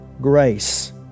grace